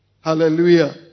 Hallelujah